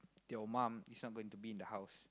your mum is not going to be in the house